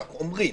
כך אומרים.